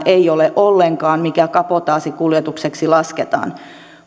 ei ole ollenkaan tätä määritelmää mikä kabotaasikuljetukseksi lasketaan